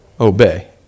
obey